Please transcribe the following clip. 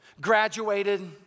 graduated